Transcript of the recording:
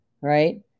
right